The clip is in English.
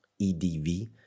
EDV